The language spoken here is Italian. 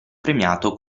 premiato